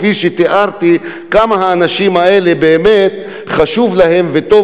כפי שתיארתי כמה האנשים האלה באמת חשוב להם וטוב